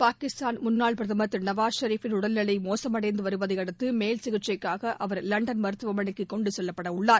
பாகிஸ்தான் முன்னாள் பிரதமர் திரு நவாஸ் ஷெரீபின் உடல்நிலை மோசமடந்து வருவதை அடுத்து மேல்சிகிச்சைக்காக அவர் லண்டன் மருத்துவமனைக்கு கொண்டு செல்லப்படவுள்ளார்